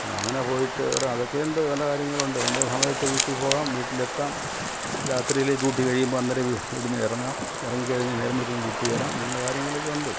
ആ അങ്ങനെ പോയിട്ട് ഒരു അതൊക്കെയുണ്ട് പല കാര്യങ്ങളുണ്ട് നമ്മളെ സമയത്ത് വീട്ടിൽ പോകാം വീട്ടിലെത്താം രാത്രിയിൽ ഡ്യൂട്ടി കഴിയുമ്പോൾ അന്നേരം ഇവിടെ നിന്നിറങ്ങാം ഇറങ്ങി കഴിഞ്ഞാൽ നേരം വെളുക്കുമ്പം വീട്ടിൽ വരാം ഇങ്ങനെയുള്ള കാര്യങ്ങളൊക്കെ ഉണ്ട്